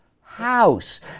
house